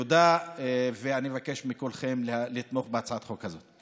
תודה, ואני מבקש מכולכם לתמוך בהצעת החוק הזאת.